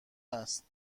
است